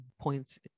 points